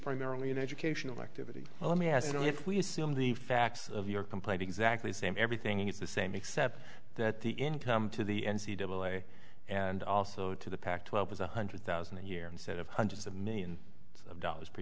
primarily an educational activity let me ask you if we assume the facts of your complaint exactly the same everything is the same except that the income to the n c double a and also to the pac twelve is one hundred thousand a year instead of hundreds of millions of dollars